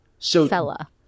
fella